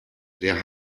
der